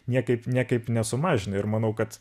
niekaip niekaip nesumažina ir manau kad